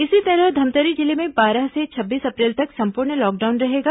इसी तरह धमतरी जिले में बारह से छब्बीस अप्रैल तक संपूर्ण लॉकडाउन रहेगा